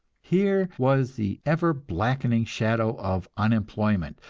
here was the ever-blackening shadow of unemployment,